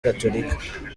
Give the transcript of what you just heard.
gatolika